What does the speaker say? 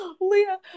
Leah